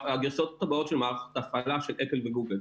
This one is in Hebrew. הגרסאות הבאות של מערכת ההפעלה של אפל וגוגל,